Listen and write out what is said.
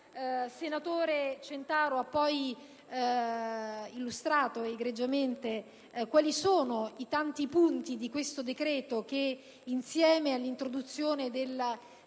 senatore Centaro ha poi illustrato egregiamente i tanti punti del decreto che, insieme all'introduzione del